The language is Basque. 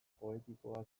poetikoa